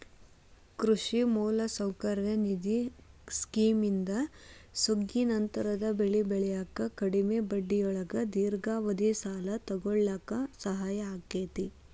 ಕೃಷಿ ಮೂಲಸೌಕರ್ಯ ನಿಧಿ ಸ್ಕಿಮ್ನಿಂದ ಸುಗ್ಗಿನಂತರದ ಬೆಳಿ ಬೆಳ್ಯಾಕ ಕಡಿಮಿ ಬಡ್ಡಿಯೊಳಗ ದೇರ್ಘಾವಧಿ ಸಾಲ ತೊಗೋಳಾಕ ಸಹಾಯ ಆಕ್ಕೆತಿ